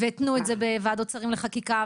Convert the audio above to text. והתנו את זה בוועדת שרים לחקיקה,